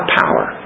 power